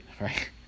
right